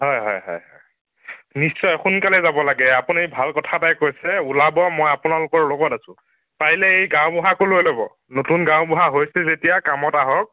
হয় হয় হয় নিশ্চয় সোনকালে যাব লাগে আপুনি ভাল কথা এটাই কৈছে ওলাব মই আপোনালোকৰ লগত আছো পাৰিলে এই গাঁওবুঢ়াকো লৈ ল'ব নতুন গাঁওবুঢ়া হৈছে যেতিয়া কামত আহক